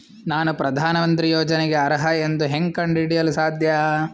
ನಾನು ಪ್ರಧಾನ ಮಂತ್ರಿ ಯೋಜನೆಗೆ ಅರ್ಹ ಎಂದು ಹೆಂಗ್ ಕಂಡ ಹಿಡಿಯಲು ಸಾಧ್ಯ?